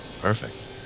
perfect